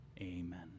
Amen